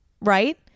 right